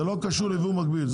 זה לא קשור לייבוא מקביל,